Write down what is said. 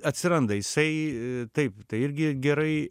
atsiranda jisai taip tai irgi gerai